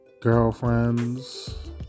Girlfriends